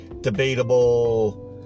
debatable